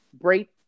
break